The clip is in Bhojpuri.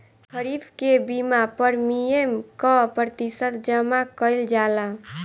खरीफ के बीमा प्रमिएम क प्रतिशत जमा कयील जाला?